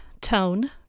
tone